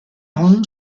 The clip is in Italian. hong